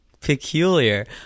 peculiar